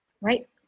right